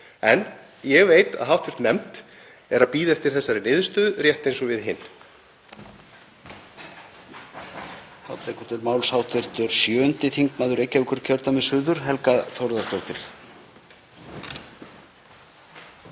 En ég veit að hv. nefnd er að bíða eftir þessari niðurstöðu rétt eins og við hin.